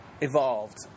evolved